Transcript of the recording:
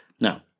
Now